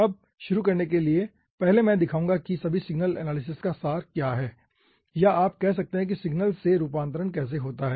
अब शुरू करने के लिए पहले मैं दिखाऊंगा कि सभी सिग्नल एनालिसिस का सार क्या है या आप कह सकते हैं कि सिग्नल से रूपांतरण कैसे होता है